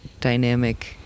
dynamic